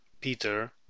Peter